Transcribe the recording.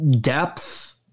depth